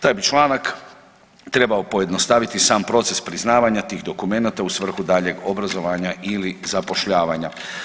Taj bi članak trebao pojednostaviti sam proces priznavanja tih dokumenata u svrhu daljeg obrazovanja ili zapošljavanja.